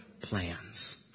plans